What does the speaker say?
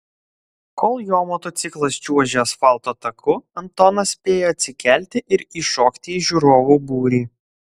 kol jo motociklas čiuožė asfalto taku antonas spėjo atsikelti ir įšokti į žiūrovų būrį